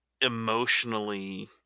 emotionally